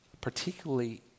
particularly